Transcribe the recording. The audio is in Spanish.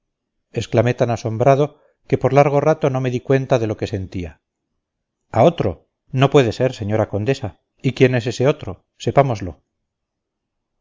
exclamé tan asombrado que por largo rato no me di cuenta de lo que sentía a otro no puede ser señora condesa y quién es ese otro sepámoslo